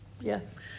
yes